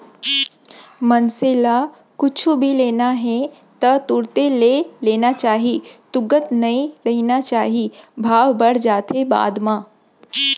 मनसे ल कुछु भी लेना हे ता तुरते ले लेना चाही तुगत नइ रहिना चाही भाव बड़ जाथे बाद म